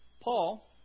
Paul